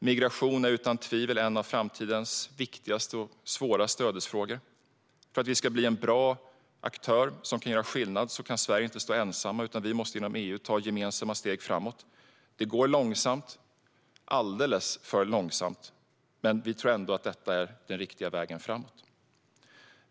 Migration är utan tvivel en av framtidens viktigaste och svåraste ödesfrågor. För att vi ska bli en bra aktör som kan göra skillnad kan Sverige inte stå ensamt, utan vi måste inom EU ta gemensamma steg framåt. Det går långsamt framåt - alldeles för långsamt - men vi tror ändå att detta är den riktiga vägen framåt.